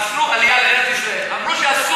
האם יכולים תלמידיהם לפרש אותם אחרת אם אמרו שאסור?